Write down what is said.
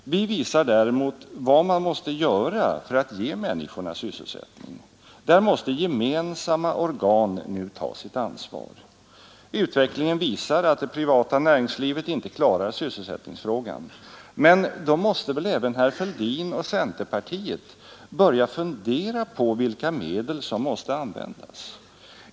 Vi visar däremot vad man måste göra för att ge människorna sysselsättning. Gemensamma organ måste ta sitt ansvar. Utvecklingen visar att det privata näringslivet inte klarar sysselsättningsfrågan, men då måste väl även herr Fälldin och centerpartiet börja fundera på vilka medel som måste användas!